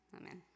Amen